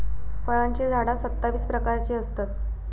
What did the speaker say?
फळांची झाडा सत्तावीस प्रकारची असतत